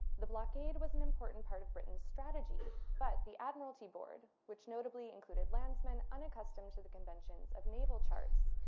the blockade was an important part of britain's strategy but the admiralty board, which notably included landsman unaccustomed to the conventions of naval charts,